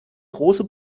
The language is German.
große